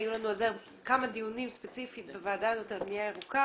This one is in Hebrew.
היו לנו על זה כמה דיונים ספציפיים בוועדה על בנייה ירוקה